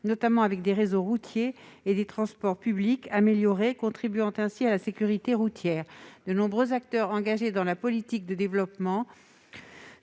notamment avec des réseaux routiers et des transports publics améliorés, contribuant ainsi à la sécurité routière ». De nombreux acteurs engagés dans la politique de développement